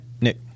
Nick